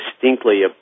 distinctly